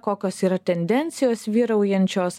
kokios yra tendencijos vyraujančios